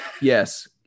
Yes